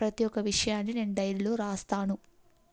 ప్రతి ఒక్క విషయాన్ని నేను డైరీలో రాస్తాను